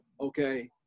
okay